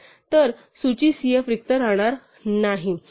तर सूची cf रिक्त राहणार नाही